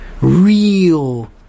Real